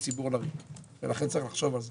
ציבור לריק ולכן צריך לחשוב על זה.